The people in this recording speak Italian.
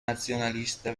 nazionalista